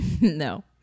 No